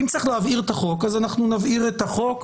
ואם צריך להבהיר את החוק אז אנחנו נבהיר את החוק.